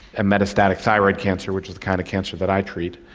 a metastatic thyroid cancer which is the kind of cancer that i treat.